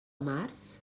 març